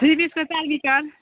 three पिसको चार metre